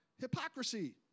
hypocrisy